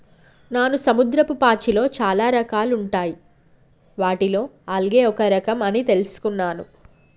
నాను సముద్రపు పాచిలో చాలా రకాలుంటాయి వాటిలో ఆల్గే ఒక రఖం అని తెలుసుకున్నాను